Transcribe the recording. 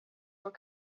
were